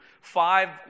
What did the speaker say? five